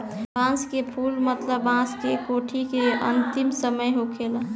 बांस के फुल मतलब बांस के कोठी के अंतिम समय होखेला